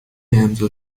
امضا